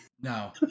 No